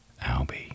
albie